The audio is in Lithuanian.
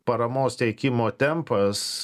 paramos teikimo tempas